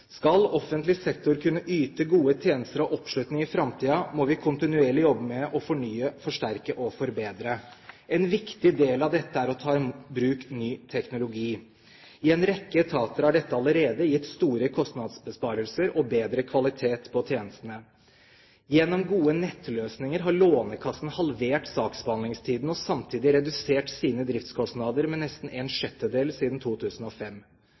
Skal offentlig sektor kunne yte gode tjenester og ha oppslutning i framtiden, må vi kontinuerlig jobbe med å fornye, forsterke og forbedre. En viktig del av dette er å ta i bruk ny teknologi. I en rekke etater har dette allerede gitt store kostnadsbesparelser og bedre kvalitet på tjenestene. Gjennom gode nettløsninger har Lånekassen halvert saksbehandlingstiden og samtidig redusert sine driftskostnader med nesten en sjettedel siden 2005.